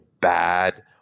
bad